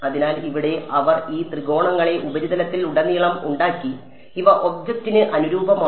അതിനാൽ ഇവിടെ അവർ ഈ ത്രികോണങ്ങളെ ഉപരിതലത്തിൽ ഉടനീളം ഉണ്ടാക്കി ഇവ ഒബ്ജക്റ്റിന് അനുരൂപമാണ്